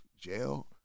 jail